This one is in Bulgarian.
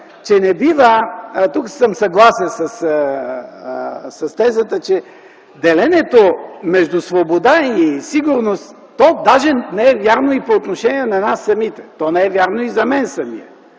че не бива – тук съм съгласен с тезата, че делението между свобода и сигурност, то даже не е вярно и по отношение на нас самите. То не е вярно и за мен самия,